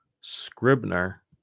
Scribner